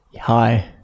Hi